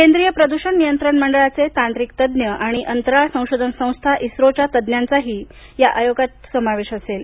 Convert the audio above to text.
केंद्रीय प्रदूषण नियंत्रण मंडळाचे तांत्रिक तज्ज्ञ आणि अंतराळ संशोधन संस्था इस्रोच्या तज्ज्ञांचाही यात समावेश असेल